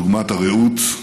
דוגמת "הרעות",